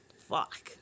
fuck